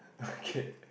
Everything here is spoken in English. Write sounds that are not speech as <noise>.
<laughs> okay